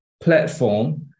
platform